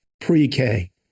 pre-K